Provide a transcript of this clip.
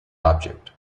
object